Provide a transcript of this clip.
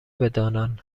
بدانند